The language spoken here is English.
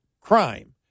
crime